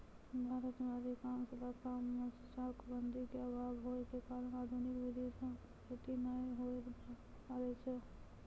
भारत के अधिकांश इलाका मॅ चकबंदी के अभाव होय के कारण आधुनिक विधी सॅ खेती नाय होय ल पारै छै